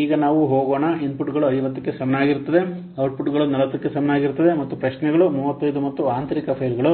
ಈಗ ನಾವು ಹೋಗೋಣ ಇನ್ಪುಟ್ಗಳು 50 ಕ್ಕೆ ಸಮನಾಗಿರುತ್ತದೆ ಔಟ್ಪುಟ್ಗಳು 40 ಕ್ಕೆ ಸಮಾನವಾಗಿರುತ್ತದೆ ಮತ್ತು ಪ್ರಶ್ನೆಗಳು 35 ಮತ್ತು ಆಂತರಿಕ ಫೈಲ್ಗಳು